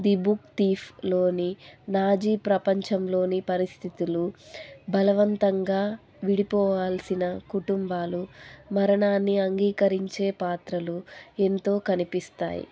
the book థీఫ్లోని Nazi ప్రపంచంలోని పరిస్థితులు బలవంతంగా విడిపోవాల్సిన కుటుంబాలు మరణాన్ని అంగీకరించే పాత్రలు ఎన్నో కనిపిస్తాయి